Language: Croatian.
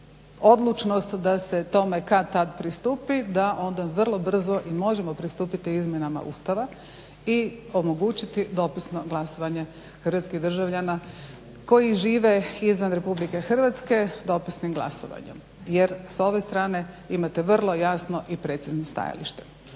odlučnost da se tome kad-tad pristupi, da onda vrlo brzo i možemo pristupiti izmjenama ustava i omogućiti dopisno glasovanje hrvatskih državljana koji žive izvan RH dopisnim glasovanjem, jer s ove strane imate vrlo jasno i precizno stajalište.